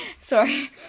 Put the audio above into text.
sorry